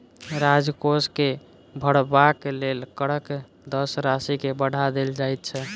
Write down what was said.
राजकोष के भरबाक लेल करक दर राशि के बढ़ा देल जाइत छै